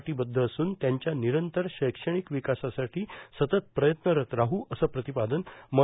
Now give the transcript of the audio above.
कटिबद्ध असून त्यांच्या निरंतर शैक्षणिक विकासासाठी सतत प्रयत्नरत राहू असं प्रतिपादन म